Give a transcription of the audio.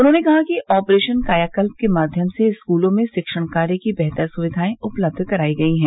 उन्होंने कहा कि ऑपरेशन कायाकल्प के माध्यम से स्कूलों में शिक्षण कार्य की बेहतर सुविघाएं उपलब्ध कराई गई है